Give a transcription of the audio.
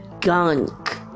gunk